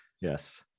yes